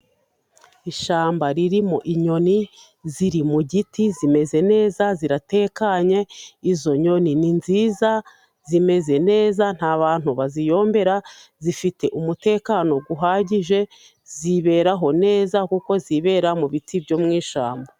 Ishyamba ririmo inyoni， ziri mu giti zimeze neza， ziratekanye. Izo nyoni ni nziza zimeze neza， nta bantu baziyombera， zifite umutekano uhagije， ziberaho neza kuko zibera mu biti byo mu ishyamba.